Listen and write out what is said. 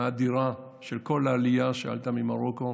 האדירה של כל העלייה שעלתה ממרוקו